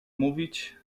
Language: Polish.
mówić